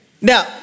Now